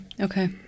Okay